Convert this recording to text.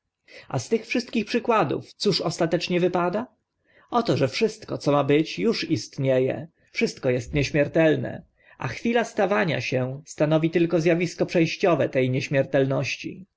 a z tych wszystkich przykładów cóż ostatecznie wypada oto że wszystko co ma być uż istnie e wszystko est nieśmiertelne a chwila stawania się stanowi tylko z awisko prze ściowe te nieśmiertelności